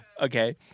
Okay